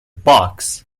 box